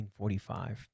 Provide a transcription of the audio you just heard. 1945